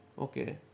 Okay